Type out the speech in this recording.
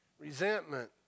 resentment